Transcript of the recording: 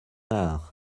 art